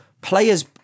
players